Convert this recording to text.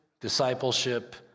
discipleship